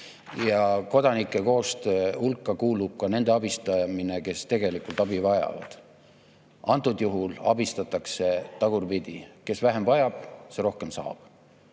Kodanike koostöö hulka kuulub ka nende abistamine, kes tegelikult abi vajavad. Praegusel juhul abistatakse tagurpidi: kes vähem vajab, see rohkem saab.